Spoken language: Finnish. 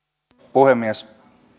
puhemies